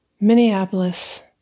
Minneapolis